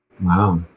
wow